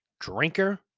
drinker